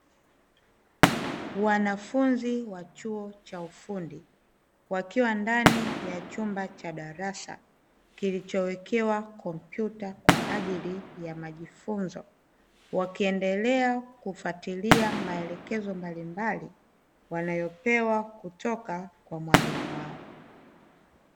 Wamafunzi wa chuo cha ufundi, wakiwa ndani ya chumba cha darasa kilichowekewa kompyuta kwa ajili ya majifunzo. Wakiendelea kufuatilia maelekezo mbalimbali, wanayopewa kutoka kwa mwalimu wao.